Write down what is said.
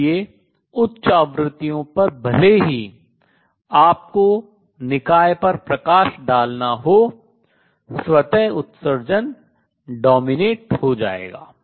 इसलिए उच्च आवृत्तियों पर भले ही आपको निकाय सिस्टम पर प्रकाश डालना हो स्वतः उत्सर्जन हावी हो जाएगा